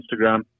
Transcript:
Instagram